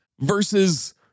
versus